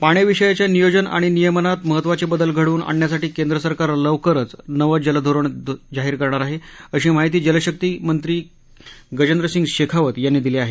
पाण्याविषयीच्या नियोजन आणि नियमनात महत्वाचे बदल घडवून आणण्यासाठी केंद्र सरकार लवकरच नवं जलधोरण धोरण जाहीर करणार आहे अशी माहिती जलशत्ती मंत्री गजेंद्रसिंह शेखावत यांनी दिली आहे